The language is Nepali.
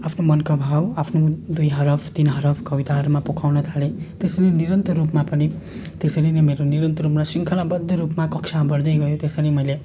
आफ्नो मनका भाव आफ्नो दुई हरफ तिन हरफ कविताहरूमा पोखाउन थालेँ त्यसमै निरन्तर रूपमा पनि त्यसरी नै मेरो निरन्तर रूपमा शृङ्खलाबद्ध रूपमा कक्षामा बढ्दै गयो त्यसरी मैले